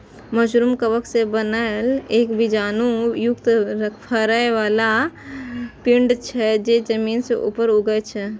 mushroom कवक सं बनल एक बीजाणु युक्त फरै बला पिंड छियै, जे जमीन सं ऊपर उगै छै